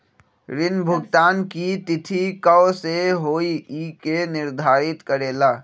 ऋण भुगतान की तिथि कव के होई इ के निर्धारित करेला?